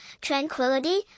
tranquility